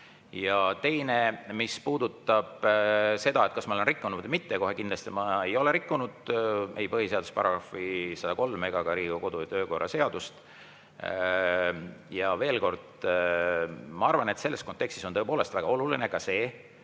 Ja teine, mis puudutab seda, kas ma olen rikkunud [seadust] või mitte, siis kohe kindlasti ma ei ole rikkunud ei põhiseaduse § 103 ega ka Riigikogu kodu- ja töökorra seadust. Ja veel kord, ma arvan, et selles kontekstis on tõepoolest väga olulised